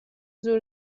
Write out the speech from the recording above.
زور